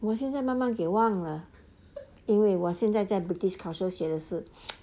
我现在慢慢给忘了因为我现在在 british council 学的是